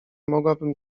mogłabym